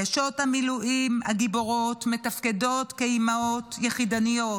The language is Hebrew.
נשות המילואים הגיבורות מתפקדות כאימהות יחידניות,